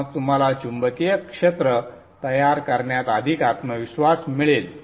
मग तुम्हाला चुंबकीय क्षेत्र तयार करण्यात अधिक आत्मविश्वास मिळेल